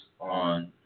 on